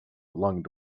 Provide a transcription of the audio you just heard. belonging